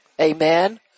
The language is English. Amen